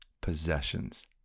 possessions